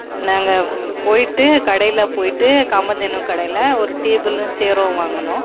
நாங்கள் போய்விட்டு கடையில் போய்விட்டு காமதேனு கடையில் ஒரு டேபுளும் சேரும் வாங்கினோம்